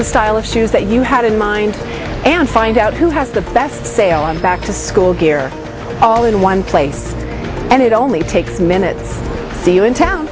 the style of shoes that you had in mind and find out who has the best sale on the back to school gear all in one place and it only takes minutes in town